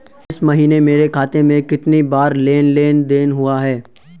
इस महीने मेरे खाते में कितनी बार लेन लेन देन हुआ है?